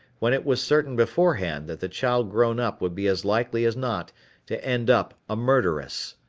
when it was certain beforehand that the child grown up would be as likely as not to end up a murderess?